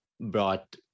brought